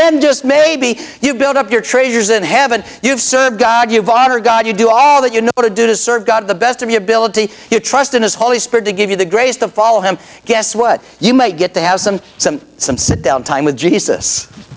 then just maybe you've built up your treasures in heaven you've served god you've honor god you do all that you know to do to serve god the best of your ability you trust in his holy spirit to give you the grace to follow him guess what you might get to have some some some sit down time with jesus